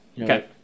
Okay